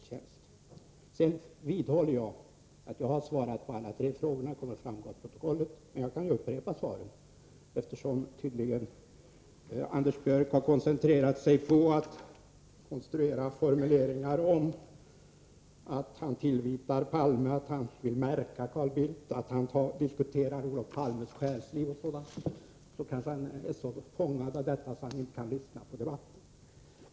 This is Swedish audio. Sedan vidhåller jag att jag har svarat på alla tre frågorna. Det kommer att framgå av protokollet, men jag kan upprepa svaren. Anders Björck har kanske koncentrerat sig på att konstruera formuleringar där han tillvitar Palme att vilja märka Carl Bildt och på att diskutera Olof Palmes själsliv och sådant. Tydligen är han så fångad av detta att han inte kan lyssna på debatten.